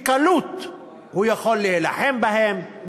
בקלות הוא יכול להילחם בהם,